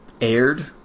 aired